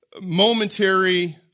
momentary